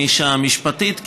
הנישה המשפטית,